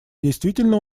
действительно